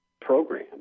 program